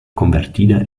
convertida